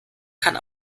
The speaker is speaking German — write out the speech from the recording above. kann